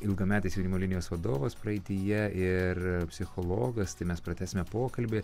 ilgametis jaunimo linijos vadovas praeityje ir psichologas tai mes pratęsime pokalbį